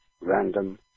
random